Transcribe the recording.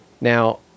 Now